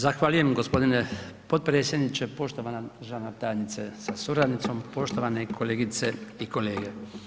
Zahvaljujem gospodine potpredsjedniče, poštovana državna tajnice sa suradnicom, poštovane kolegice i kolege.